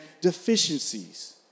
deficiencies